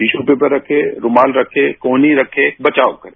tissue paper रखे रूमाल रखे कोहनी रखे बचाव करें